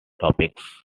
topics